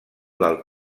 del